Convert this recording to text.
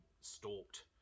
stalked